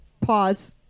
Pause